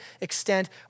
extent